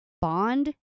Bond